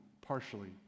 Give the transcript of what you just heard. partially